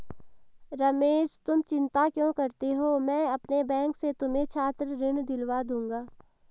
रमेश तुम चिंता क्यों करते हो मैं अपने बैंक से तुम्हें छात्र ऋण दिलवा दूंगा